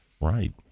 Right